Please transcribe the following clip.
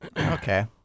Okay